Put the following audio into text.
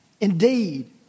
Indeed